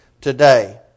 today